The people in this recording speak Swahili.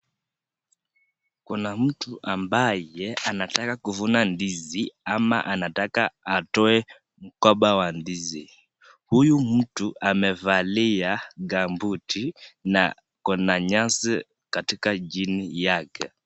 Kuna mtu ambaye anataka kuvuna ndizi ama anataka atoe mgomba wa ndizi. Huyu mtu amevalia gambuti na kuna nyasi katika chini yake.